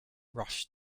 rushed